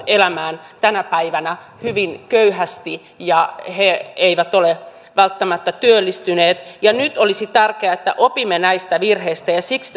elämään tänä päivänä hyvin köyhästi ja he eivät ole välttämättä työllistyneet nyt olisi tärkeää että opimme näistä virheistä ja siksi